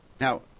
Now